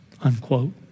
unquote